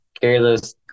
careless